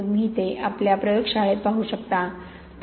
तुम्ही ते आमच्या प्रयोगशाळेत पाहू शकता